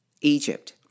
Egypt